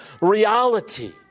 reality